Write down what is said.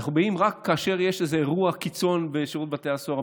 אנחנו באים רק כאשר יש איזה אירוע קיצון בשירות בתי הסוהר,